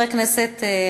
ציון יום הבטיחות בדרכים,